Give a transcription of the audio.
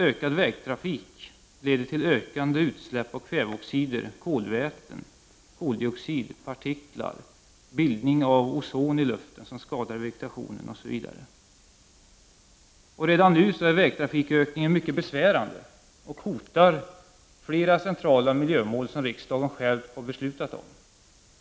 Ökad vägtrafik leder till ökande utsläpp av kväveoxid, kolväten, koldioxid och partiklar, till att det bildas ozon i luften som skadar vegetationen, osv. Redan nu är vägtrafikökningen mycket besvärande och hotar flera centrala miljömål som riksdagen har beslutat om.